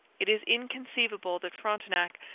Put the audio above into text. it is inconceivable that frontenac,